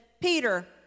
Peter